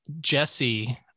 Jesse